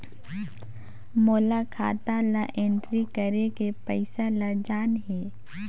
मोला खाता ला एंट्री करेके पइसा ला जान हे?